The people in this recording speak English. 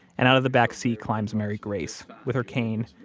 and out of the back seat climbs mary grace with her cane,